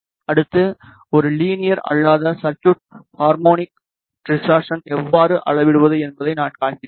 அடுத்து ஒரு லீனியர் அல்லாத சர்குய்ட் ஹார்மோனிக் டிசர்ட்சன் எவ்வாறு அளவிடுவது என்பதை நான் காண்பிப்பேன்